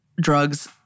drugs